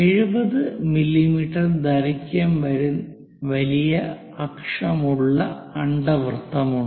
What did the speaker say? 70 millimetre ദൈർഖ്യം വലിയ അക്ഷം ഉള്ള അണ്ഡവൃത്തമുണ്ട്